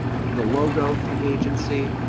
the logo for the agency,